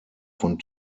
von